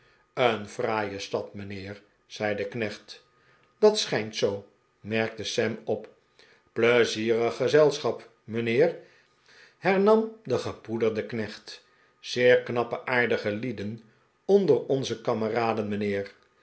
een fraaie stad mijnheer zei de knecht dat schijnt zoo merkte sam op pleizierig gezelschap mijnheer hernam de gepoederde knecht zeer knappe aardige lieden onder onze kameraden